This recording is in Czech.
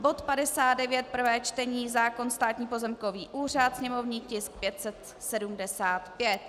Bod 59 prvé čtení zákon Státní pozemkový úřad sněmovní tisk 575.